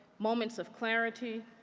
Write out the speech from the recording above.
moments of clarity,